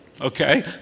okay